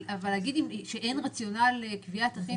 אבל להגיד שאין רציונל לקביעת אחים